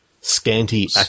scanty